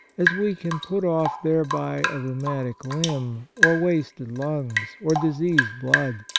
as we can put off thereby a rheumatic limb, or wasted lungs, or diseased blood.